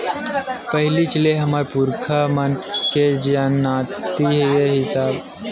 पहिलीच ले हमर पुरखा मन के जानती के हिसाब ले ही सबे मनखे के काम धाम ह बरोबर बटे राहत रिहिस हवय